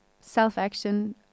self-action